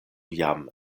jam